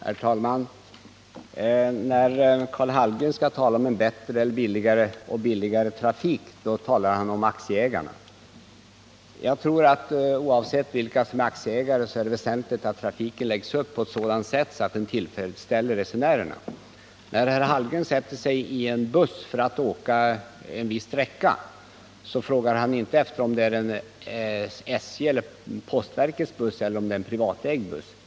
Herr talman! När Karl Hallgren skall tala om bättre och billigare trafik, då talar han om aktieägarna. Oavsett vilka som är aktieägare är det väsentligt att trafiken läggs upp på ett sådant sätt att den tillfredsställer resenärerna. När herr Hallgren sätter sig i en buss för att resa en viss sträcka frågar han inte om det är SJ:s eller postverkets buss eller om det är en privatägd buss.